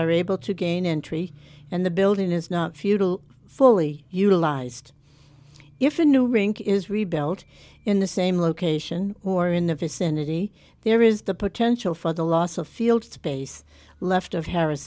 are able to gain entry and the building is not futile fully utilized if a new rink is rebuilt in the same location or in the vicinity there is the potential for the loss of field space left of harris